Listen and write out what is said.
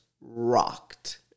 rocked